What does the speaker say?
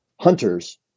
hunters